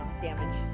damage